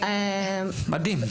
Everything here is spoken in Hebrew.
מדהים.